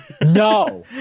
no